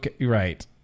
right